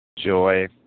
Joy